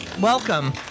Welcome